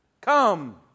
Come